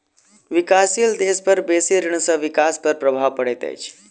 विकासशील देश पर बेसी ऋण सॅ विकास पर प्रभाव पड़ैत अछि